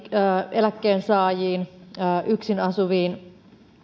eläkkeensaajiin yksin asuviin